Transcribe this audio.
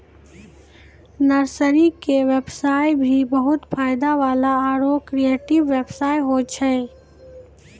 nursery के व्यवसाय भी बहुत फायदा वाला आरो क्रियेटिव व्यवसाय होय छै